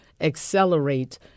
accelerate